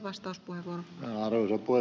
arvoisa puhemies